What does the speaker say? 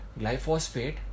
glyphosate